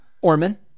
Orman